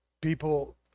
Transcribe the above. people